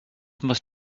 must